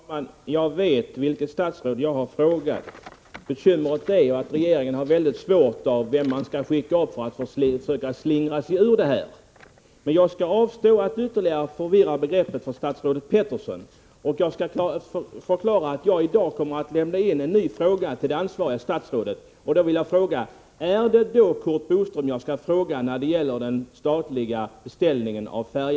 Herr talman! Jag vet vilket statsråd jag har frågat. Bekymret är att regeringen har väldigt svårt att bestämma vem den skall skicka fram för att försöka slingra sig ur detta spörsmål. Men jag skall avstå från att ytterligare förvirra begreppen för statsrådet Peterson. Jag skall i dag lämna in en ny fråga till det ansvariga statsrådet. Jag vill därför veta följande: Är det Curt Boström jag skall vända mig till när det gäller den statliga färjebeställningen i Norge?